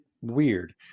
weird